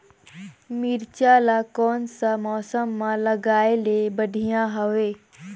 मिरचा ला कोन सा मौसम मां लगाय ले बढ़िया हवे